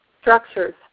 structures